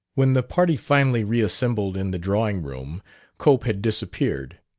when the party finally reassembled in the drawing-room cope had disappeared.